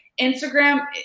Instagram